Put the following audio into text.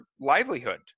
livelihood